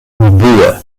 oboe